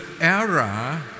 era